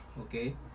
okay